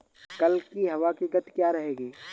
कल की हवा की गति क्या रहेगी?